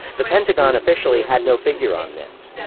the pentagon officially had no figure on this.